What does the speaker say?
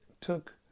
took